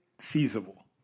feasible